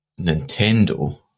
Nintendo